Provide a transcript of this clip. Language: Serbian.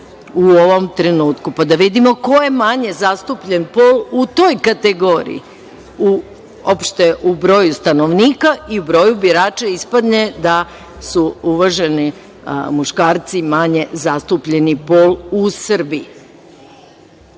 u ovom trenutku. Pa da vidimo ko je manje zastupljen pol u toj kategoriji, uopšte u broju stanovnika i u broju birača ispadne da su uvaženi muškarci manje zastupljeni pol u Srbiji.A,